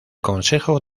consejo